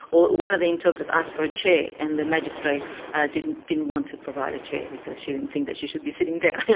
or one of the interpreters asked for a chair and the magistrate didn't didn't want to provide a chair because she didn't think that she should be sitting down.